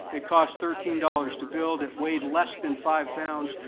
it cost thirteen dollars to build. it weighed less than five pounds,